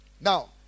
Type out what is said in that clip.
Now